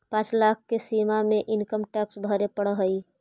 पाँच लाख के सीमा में इनकम टैक्स भरे पड़ऽ हई